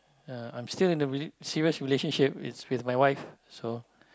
uh I'm still in a rela~ serious relationship it's with my wife so